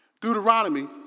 Deuteronomy